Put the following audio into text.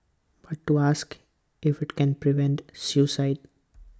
but to ask if IT can prevent suicide